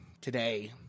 today